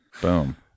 Boom